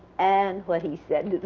and what he said